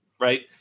right